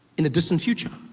in a distant future.